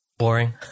boring